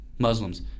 Muslims